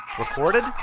recorded